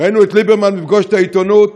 ראינו את ליברמן ב"פגוש את העיתונות",